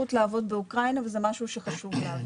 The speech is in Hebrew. אפשרות לעבוד באוקראינה וזה משהו שחשוב להבין.